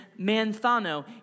manthano